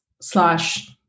slash